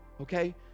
Okay